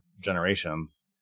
generations